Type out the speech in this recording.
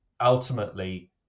ultimately